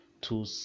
two